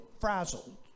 frazzled